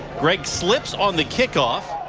greig slips on the kickoff.